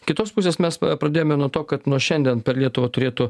kitos pusės mes pradėjome nuo to kad nuo šiandien per lietuvą turėtų